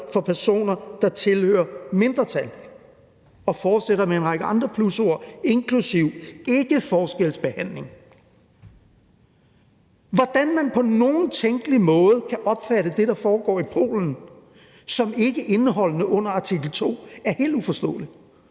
for personer, der tilhører mindretal. Og den fortsætter med en række andre plusord, inklusive ikkeforskelsbehandling. Hvordan man på nogen tænkelig måde kan opfatte det, der foregår i Polen, som ikke indeholdt i artikel 2, er helt uforståeligt,